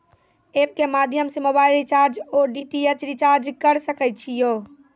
App के माध्यम से मोबाइल रिचार्ज ओर डी.टी.एच रिचार्ज करऽ सके छी यो?